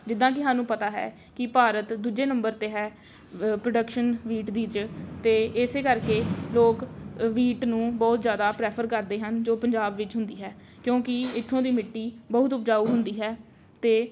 ਜਿੱਦਾਂ ਕਿ ਸਾਨੂੰ ਪਤਾ ਹੈ ਕਿ ਭਾਰਤ ਦੂਜੇ ਨੰਬਰ 'ਤੇ ਹੈ ਪ੍ਰੋਡਕਸ਼ਨ ਵੀਟ ਦੀ 'ਚ ਅਤੇ ਇਸ ਕਰਕੇ ਲੋਕ ਵੀਟ ਨੂੰ ਬਹੁਤ ਜ਼ਿਆਦਾ ਪ੍ਰੈਫਰ ਕਰਦੇ ਹਨ ਜੋ ਪੰਜਾਬ ਵਿੱਚ ਹੁੰਦੀ ਹੈ ਕਿਉਂਕਿ ਇੱਥੋਂ ਦੀ ਮਿੱਟੀ ਬਹੁਤ ਉਪਜਾਊ ਹੁੰਦੀ ਹੈ ਅਤੇ